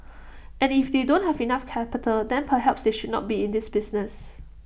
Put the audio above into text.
and if they don't have enough capital then perhaps they should not be in this business